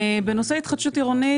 בנושא התחדשות עירונית,